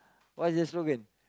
what's the slogan